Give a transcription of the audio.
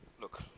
Look